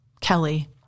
Kelly